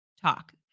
talk